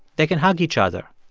they can hug each other.